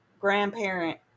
grandparent